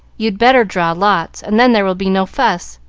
you'd better draw lots, and then there will be no fuss.